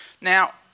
Now